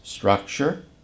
structure